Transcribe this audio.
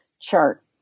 chart